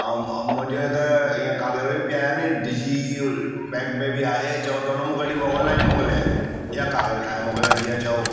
ऐं मुंहिंजे त इअं काॻर बि पिया आहिनि डिजी बैंक में बि आहे चयो त हुन में कढी मोकल ऑनलाइन मोकिलाए या काॻरु ठाहे मोकिलाए जीअं चयो